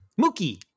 Mookie